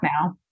now